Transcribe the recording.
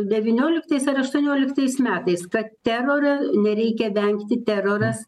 devynioliktais ar aštuonioliktais metais kad terorą nereikia vengti teroras